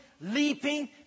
leaping